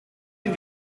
den